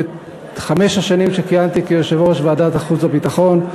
חמש השנים שכיהנתי כיושב-ראש ועדת החוץ והביטחון,